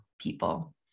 people